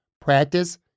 practice